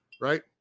right